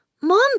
Mom